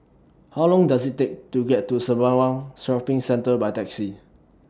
How Long Does IT Take to get to Sembawang Shopping Centre By Taxi